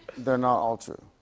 they're not all true.